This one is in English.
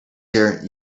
here